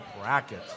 bracket